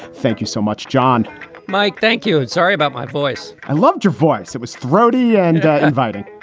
thank you so much, john mike, thank you. sorry about my voice i loved your voice. it was throaty and inviting